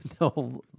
No